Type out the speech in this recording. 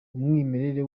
umwimerere